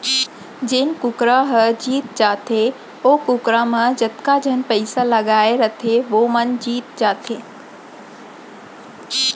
जेन कुकरा ह जीत जाथे ओ कुकरा म जतका झन पइसा लगाए रथें वो मन जीत जाथें